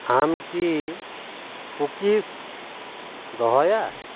ᱟᱢ ᱠᱤ ᱠᱩᱠᱤᱥ ᱫᱚᱦᱚᱭᱟ